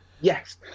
Yes